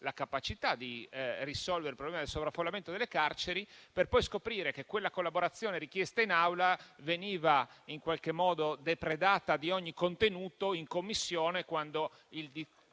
la capacità di risolvere il problema del sovraffollamento delle carceri, per poi scoprire che quella collaborazione richiesta in Aula veniva in qualche modo depredata di ogni contenuto in Commissione, quando il